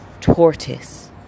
tortoise